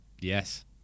Yes